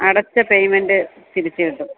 അടച്ച പേമെന്റ് തിരിച്ചു കിട്ടും